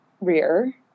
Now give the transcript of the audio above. rear